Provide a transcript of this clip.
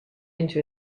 into